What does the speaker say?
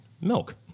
milk